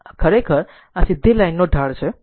આ ખરેખર આ સીધી લાઇનનો ઢાળ છે